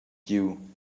you